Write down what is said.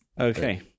Okay